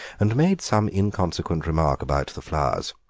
and made some inconsequent remark about the flowers.